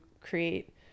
create